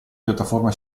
piattaforma